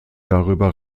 darüber